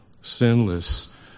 sinless